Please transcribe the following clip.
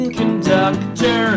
conductor